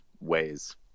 ways